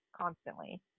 constantly